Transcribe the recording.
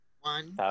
One